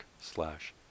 slash